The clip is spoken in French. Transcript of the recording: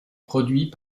produit